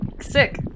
Sick